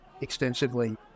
extensively